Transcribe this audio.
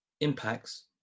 impacts